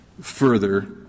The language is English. further